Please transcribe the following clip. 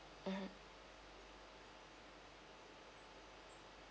mmhmm